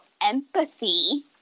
empathy